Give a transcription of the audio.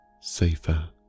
safer